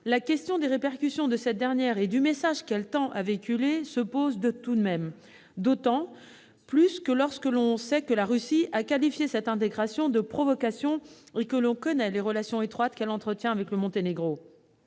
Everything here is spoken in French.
la question des répercussions de cette adhésion et du message qu'elle tend à véhiculer se pose tout de même, surtout quand on sait que la Russie a qualifié cette intégration de « provocation » et que l'on connaît les relations étroites qu'elle entretient avec le Monténégro.